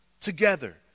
together